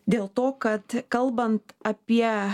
dėl to kad kalbant apie